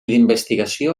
d’investigació